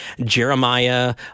Jeremiah